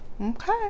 Okay